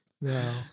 No